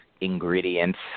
ingredients